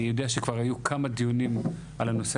אני יודע שכבר היו כמה דיונים על הנושא